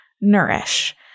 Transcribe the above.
nourish